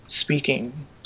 speaking